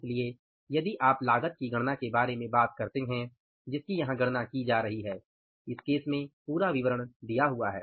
इसलिए यदि आप लागत की गणना के बारे में बात करते हैं जिसकी यहाँ गणना की जा रही है इस केस में पूरा विवरण दिया हुआ है